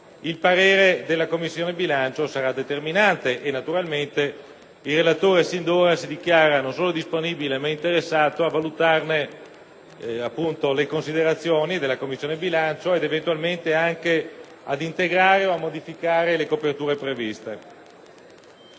il parere della Commissione bilancio sarà determinante, per cui il relatore sin d'ora si dichiara non solo disponibile, ma interessato a valutarne le considerazioni ed eventualmente anche ad integrare o modificare le coperture previste.